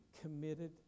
committed